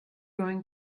going